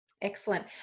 Excellent